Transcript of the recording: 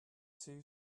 two